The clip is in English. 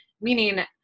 meaning